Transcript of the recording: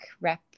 Rep